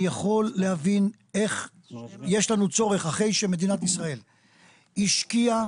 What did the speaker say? אחרי שמדינת ישראל השקיעה